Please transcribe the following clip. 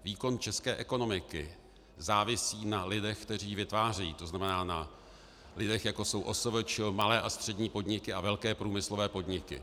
Výkon české ekonomiky závisí na lidech, kteří vytvářejí, to znamená na lidech, jako jsou OSVČ, malé a střední podniky a velké průmyslové podniky.